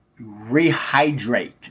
rehydrate